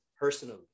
personally